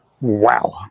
Wow